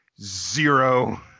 Zero